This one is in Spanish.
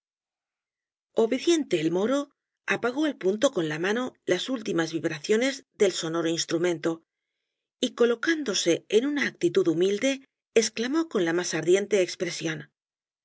obediente el moro apagó al punto con la mano las últimas vibraciones del sonoro instrumento y colocándose en una actitud humilde exclamó con la más ardiente expresión